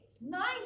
Nice